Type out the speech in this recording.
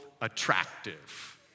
attractive